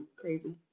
crazy